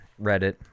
Reddit